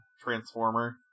transformer